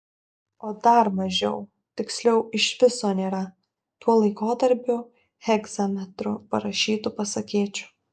o dar mažiau tiksliau iš viso nėra tuo laikotarpiu hegzametru parašytų pasakėčių